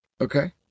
Okay